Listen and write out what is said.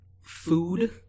food